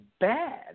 bad